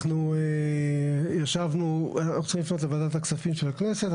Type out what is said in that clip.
אנחנו צריכים לפנות לוועדת הכספים של הכנסת.